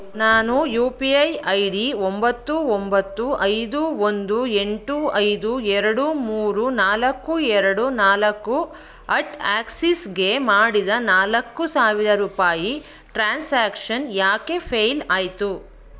ನಾನು U P I I D ಒಂಬತ್ತು ಒಂಬತ್ತು ಐದು ಒಂದು ಎಂಟು ಐದು ಎರಡು ಮೂರು ನಾಲ್ಕು ಎರಡು ನಾಲ್ಕು ಅಟ್ ಆಕ್ಸಿಸ್ಗೆ ಮಾಡಿದ ನಾಲ್ಕು ಸಾವಿರ ರೂಪಾಯಿ ಟ್ರಾನ್ಸಾಕ್ಷನ್ ಯಾಕೆ ಫೇಯ್ಲ್ ಆಯಿತು